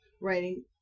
writing